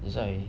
that's why